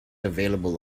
available